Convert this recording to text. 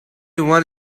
one